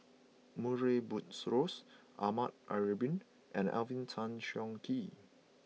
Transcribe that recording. Murray Buttrose Ahmad Ibrahim and Alvin Tan Cheong Kheng